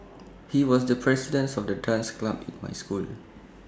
he was the presidence of the dance club in my school